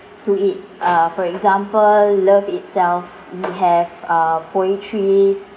to it uh for example love itself we have uh poetries